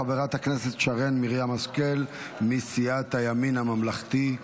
חברת הכנסת שרן מרים השכל מסיעת הימין הממלכתי,